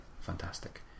fantastic